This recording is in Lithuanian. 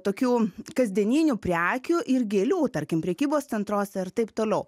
tokių kasdieninių prekių ir gėlių tarkim prekybos centruose ir taip toliau